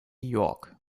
york